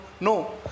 No